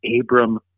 Abram